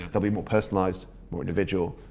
they'll be more personalised, more individual.